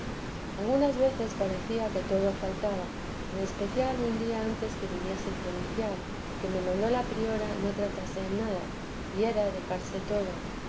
algunas veces parecía que todo faltaba en especial un día antes que viniese el provincial que me mandó la priora no tratase en nada y era dejarse todo